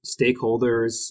stakeholders